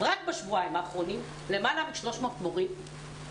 רק בשבועיים האחרונים למעלה מ-300 מורים